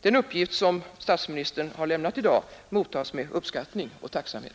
Den uppgift som statsministern har lämnat i dag mottas därför med uppskattning och tacksamhet.